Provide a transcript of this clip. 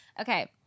Okay